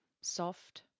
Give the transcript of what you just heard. soft